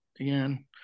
again